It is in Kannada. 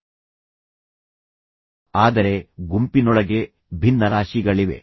ಆದ್ದರಿಂದ ಜನರ ಒಂದು ಗುಂಪು ಆದರೆ ಗುಂಪಿನೊಳಗೆ ಭಿನ್ನರಾಶಿಗಳಿವೆ